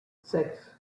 six